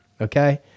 okay